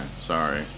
sorry